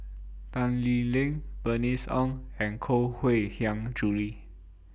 Tan Lee Leng Bernice Ong and Koh Mui Hiang Julie